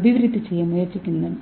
அபிவிருத்தி செய்ய முயற்சிக்கின்றனர்